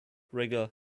rigor